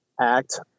act